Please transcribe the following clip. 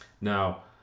now